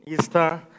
Easter